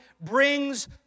brings